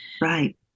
Right